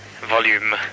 volume